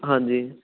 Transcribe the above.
ਹਾਂਜੀ